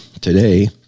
today